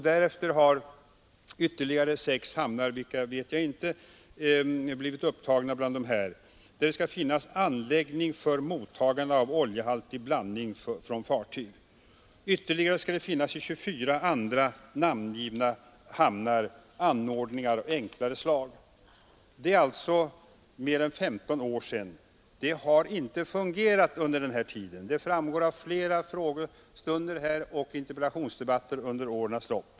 Därutöver har ytterligare sex hamnar, vilka vet jag inte, blivit upptagna, där det skall finnas anläggning för mottagande av oljehaltig blandning från fartyg. Dessutom skall det i 24 andra namngivna hamnar finnas anordningar av enklare slag. Det är mer än 15 år sedan dessa regler trädde i kraft. Systemet har inte fungerat alls, det har framgått av flera frågestunder och interpellationsdebatter under årens lopp.